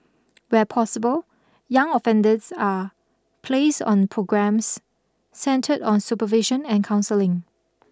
where possible young offenders are placed on programmes centred on supervision and counselling